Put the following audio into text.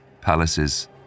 palaces